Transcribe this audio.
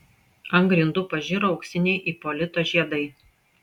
ant grindų pažiro auksiniai ipolito žiedai